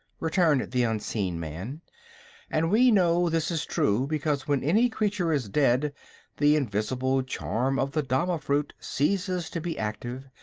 returned the unseen man and we know this is true because when any creature is dead the invisible charm of the dama-fruit ceases to be active,